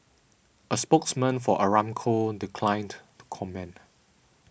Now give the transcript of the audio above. a spokesman for Aramco declined to comment